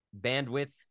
bandwidth